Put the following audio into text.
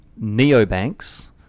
neobanks